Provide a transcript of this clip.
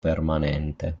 permanente